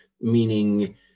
Meaning